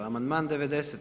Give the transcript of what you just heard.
Amandman 90.